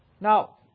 Now